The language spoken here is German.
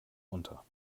unter